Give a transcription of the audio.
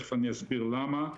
ותיכף אסביר למה,